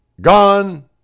gone